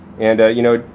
and, you know,